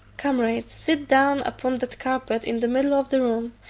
comrade, sit down upon that carpet in the middle of the room,